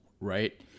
right